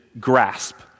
grasp